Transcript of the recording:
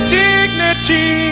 dignity